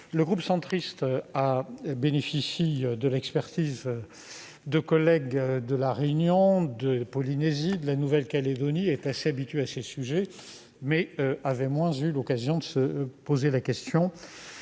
le groupe Union Centriste, qui bénéficie de l'expertise de collègues de La Réunion, de Polynésie et de la Nouvelle-Calédonie, connaît bien ce sujet, mais il avait moins eu l'occasion de se poser la question